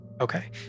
Okay